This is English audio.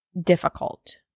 difficult